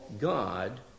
God